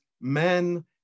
men